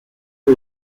wir